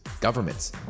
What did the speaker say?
governments